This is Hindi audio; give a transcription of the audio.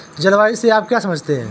जलवायु से आप क्या समझते हैं?